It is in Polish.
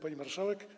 Pani Marszałek!